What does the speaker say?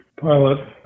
pilot